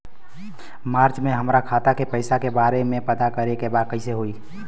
मार्च में हमरा खाता के पैसा के बारे में पता करे के बा कइसे होई?